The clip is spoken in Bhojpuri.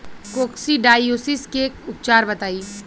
कोक्सीडायोसिस के उपचार बताई?